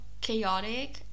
chaotic